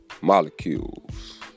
Molecules